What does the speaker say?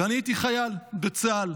ואני הייתי חייל בצה"ל.